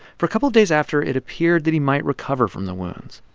for a couple of days after, it appeared that he might recover from the wounds.